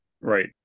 Right